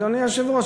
אדוני היושב-ראש,